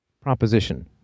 proposition